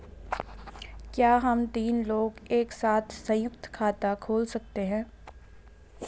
क्या हम तीन लोग एक साथ सयुंक्त खाता खोल सकते हैं?